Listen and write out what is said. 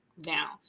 down